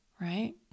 right